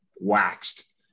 waxed